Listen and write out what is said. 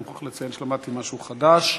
אני מוכרח לציין שלמדתי משהו חדש,